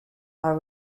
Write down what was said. are